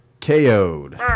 KO'd